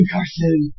Carson